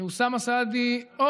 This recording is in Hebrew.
שאוסאמה סעדי על מה אתה מדבר?